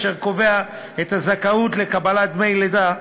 אשר קובע את הזכאות לקבלת דמי לידה,